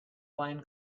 line